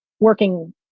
working